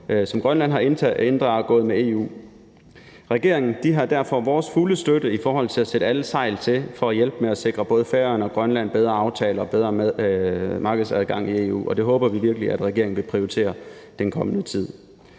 to aftaler har indgået med EU. Regeringen har derfor vores fulde støtte til at sætte alle sejl til for at hjælpe med at sikre både Færøerne og Grønland bedre aftaler og bedre markedsadgang i EU, og det håber vi virkelig at regeringen vil prioritere i den kommende tid.